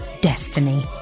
destiny